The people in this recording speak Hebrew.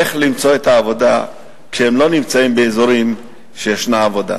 איך למצוא עבודה כשהם לא נמצאים באזורים שיש בהם עבודה.